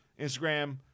Instagram